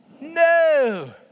No